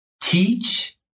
teach